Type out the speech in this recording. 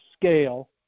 scale